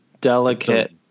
delicate